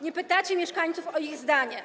Nie pytacie mieszkańców o ich zdanie.